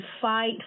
fight